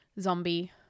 zombie